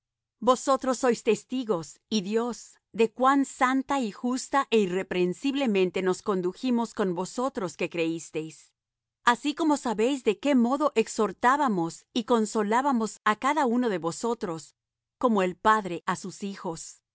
vosotros sois testigos y dios de cuán santa y justa é irreprensiblemente nos condujimos con vosotros que creísteis así como sabéis de qué modo exhortábamos y consolábamos á cada uno de vosotros como el padre á sus hijos y os